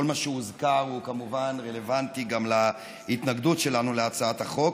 כל מה שהוזכר הוא כמובן רלוונטי גם להתנגדות שלנו להצעת החוק,